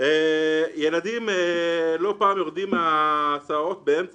ילדים לא פעם יורדים מההסעות באמצע